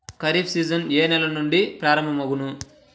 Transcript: Kharif season ఏ నెల నుండి ప్రారంభం అగును?